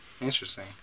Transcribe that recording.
interesting